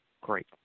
Great